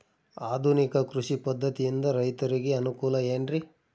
ಆಧುನಿಕ ಕೃಷಿ ಪದ್ಧತಿಯಿಂದ ರೈತರಿಗೆ ಅನುಕೂಲ ಏನ್ರಿ?